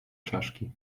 czaszki